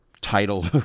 title